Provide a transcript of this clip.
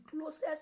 closest